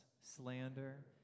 slander